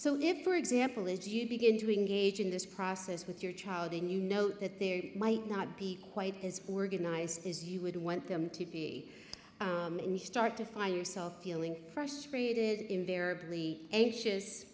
so if for example as you begin to engage in this process with your child in you note that there might not be quite as organized as you would want them to be and you start to find yourself feeling frustrated invariably anxious